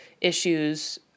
issues